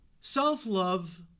self-love